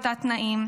בתת-תנאים,